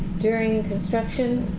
during construction,